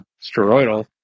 steroidal